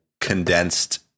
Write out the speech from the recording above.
condensed